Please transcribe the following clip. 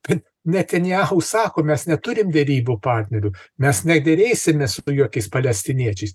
kad netenjahu sako mes neturim derybų partnerių nes nederėsimės su jokiais palestiniečiais